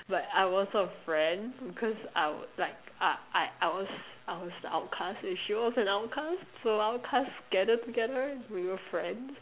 but I was her friend because I will like I I I was I was the outcast and she was an outcast so outcasts gather together and we were friends